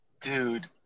Dude